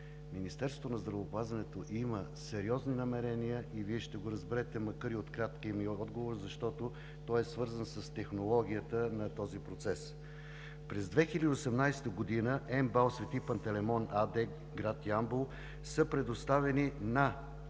Министерството на здравеопазването има сериозни намерения и Вие ще го разберете, макар и от краткия ми отговор, защото той е свързан с технологията на този процес. През 2018 г.на МБАЛ „Св. Пантелеймон“ АД – град Ямбол, са предоставени